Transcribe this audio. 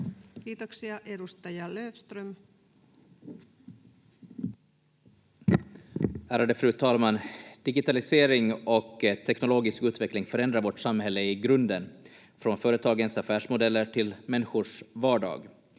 Kiitoksia. — Edustaja Löfström. Ärade fru talman! Digitalisering och teknologisk utveckling förändrar vårt samhälle i grunden, från företagens affärsmodeller till människors vardag.